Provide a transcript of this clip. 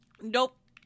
nope